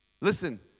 Listen